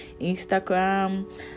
instagram